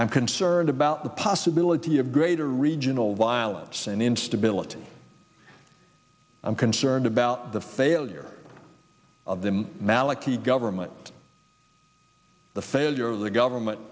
i'm concerned about the possibility of greater regional violence and instability i'm concerned about the failure of the maliki government the failure of the government